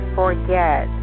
forget